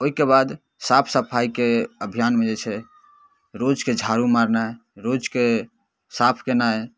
ओहिके बाद साफ सफाइके अभियानमे जे छै रोजके झाड़ू मारनाइ रोजके साफ केनाइ